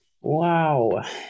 Wow